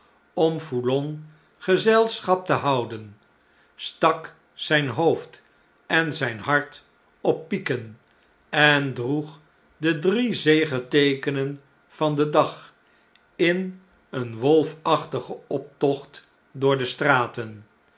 om eoulon gezelschap te houden stak zijn hoofd en zijn hart op pieken en droeg de drie zegeteekenen van den dag in een wolfachtigen optocht door de straten